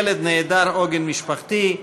ילד נעדר עוגן משפחתי),